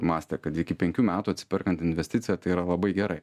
mąstė kad iki penkių metų atsiperkanti investicija tai yra labai gerai